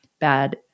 bad